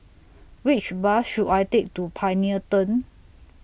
Which Bus should I Take to Pioneer Turn